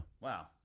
Wow